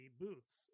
booths